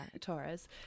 Torres